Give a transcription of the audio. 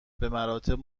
بمراتب